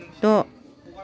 द'